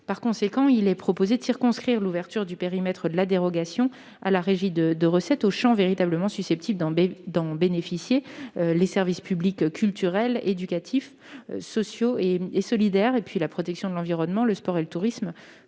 Par conséquent, il est proposé de circonscrire l'ouverture du périmètre de la dérogation à la régie de recettes aux champs véritablement susceptibles de bénéficier d'un financement de projet, à savoir les services publics culturel, éducatif, social et solidaire, ainsi que la protection de l'environnement, le sport et tourisme.